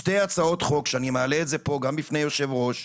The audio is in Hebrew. שתי הצעות חוק שאני מעלה את זה פה גם בפני יושב ראש,